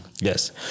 Yes